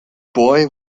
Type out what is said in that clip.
boy